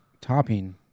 topping